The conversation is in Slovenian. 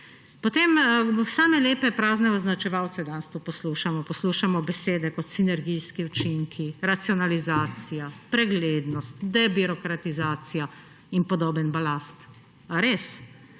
skupaj. Same lepe prazne označevalce danes tu poslušamo. Poslušamo besede kot sinergijski učinki, racionalizacija, preglednost, debirokratizacija in podoben balast. A